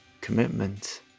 commitment